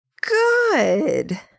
Good